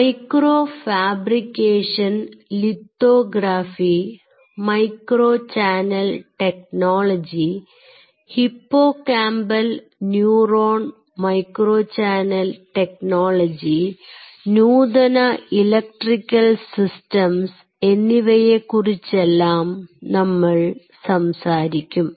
micro fabrication lithography micro channel technology hippocampal neuron micro channel technology നൂതന electrical systems എന്നിവയെക്കുറിച്ചെല്ലാം നമ്മൾ സംസാരിക്കും